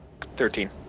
Thirteen